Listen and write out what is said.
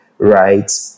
right